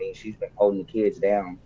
she's been holding the kids down.